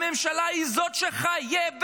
הממשלה היא שחייבת.